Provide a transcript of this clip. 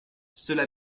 cela